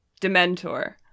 dementor